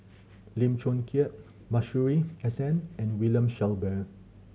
Lim Chong Keat Masuri S N and William Shellabear